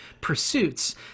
pursuits